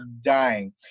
dying